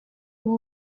ubu